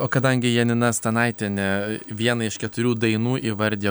o kadangi janina stanaitienė vieną iš keturių dainų įvardijo